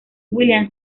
william